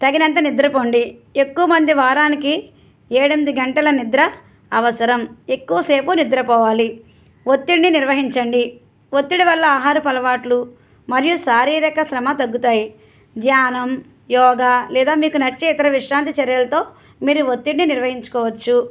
తగినంత నిద్రపోండి ఎక్కువమంది వారానికి ఏడు ఎనిమిది గంటల నిద్ర అవసరం ఎక్కువసేపు నిద్రపోవాలి ఒత్తిడిని నిర్వహించండి ఒత్తిడి వల్ల ఆహారపు అలవాట్లు మరియు శారీరకశ్రమ తగ్గుతాయి ధ్యానం యోగా లేదా మీకు నచ్చే ఇతర విశ్రాంతి చర్యలతో మీరు ఒత్తిడిని నిర్వహించుకోవచ్చు